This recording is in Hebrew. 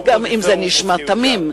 גם אם זה נשמע תמים,